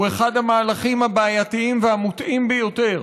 הוא אחד המהלכים הבעייתיים והמוטעים ביותר